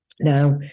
Now